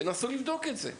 תנסו לבדוק את זה.